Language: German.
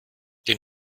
den